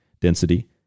density